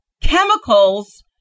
chemicals